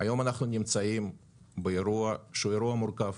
היום אנחנו נמצאים באירוע שהוא אירוע מורכב.